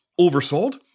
oversold